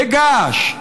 בגעש,